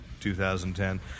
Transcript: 2010